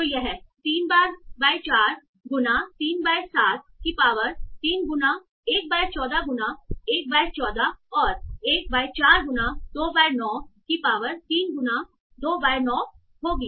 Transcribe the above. तो यह 3 बाय 4 गुना 3 बाय 7 की पावर 3 गुना 1 बाय 14 गुना 1 बाय 14 और 1 बाय 4 गुना 2 बाय 9 की पावर 3 गुना 2 बाय 9 होगी